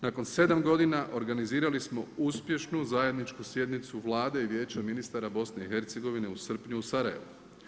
Nakon 7 godina organizirali smo uspješnu zajedničku sjednicu Vlade i Vijeća ministra BIH u srpnju u Sarajevu.